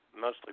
mostly